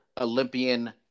Olympian